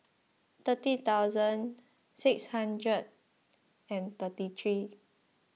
thirty thousand six hundred and thirty three